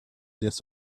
this